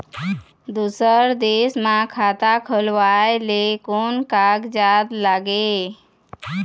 दूसर देश मा खाता खोलवाए ले कोन कागजात लागेल?